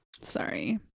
Sorry